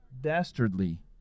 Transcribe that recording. dastardly